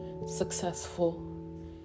successful